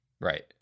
Right